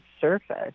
surface